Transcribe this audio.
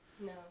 No